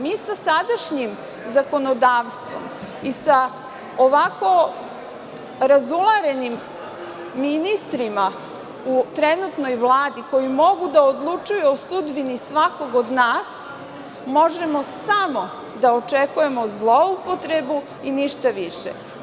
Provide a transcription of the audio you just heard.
Mi sa sadašnjim zakonodavstvom i sa ovako razularenim ministrima u trenutnoj Vladi, koji mogu da odlučuju o sudbini svakoga od nas, možemo samo da očekujemo zloupotrebu i ništa više.